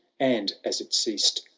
and as it ceased,